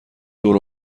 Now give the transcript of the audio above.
دور